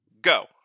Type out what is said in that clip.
go